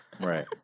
Right